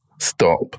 stop